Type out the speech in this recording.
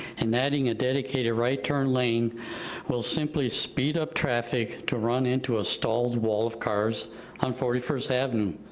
and adding a dedicated right turn lane will simply speed up traffic to run into a stalled wall of cars on forty first avenue, and